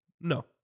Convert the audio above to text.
No